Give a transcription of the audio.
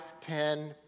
ten